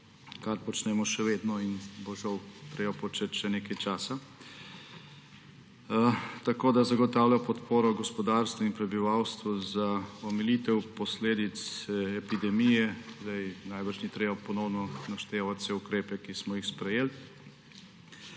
kar počnemo še vedno in bo žal treba početi še nekaj časa, tako da se zagotavlja podpora gospodarstvu in prebivalstvu za omilitev posledic epidemije. Sedaj najbrž ni treba ponovno naštevati vseh ukrepov, ki smo jih sprejeli.